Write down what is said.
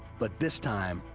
but this time,